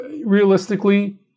realistically